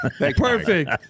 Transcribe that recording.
Perfect